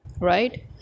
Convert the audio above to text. right